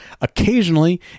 Occasionally